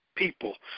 people